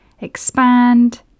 expand